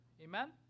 Amen